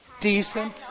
Decent